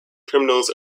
criminals